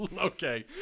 okay